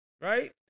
right